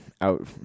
out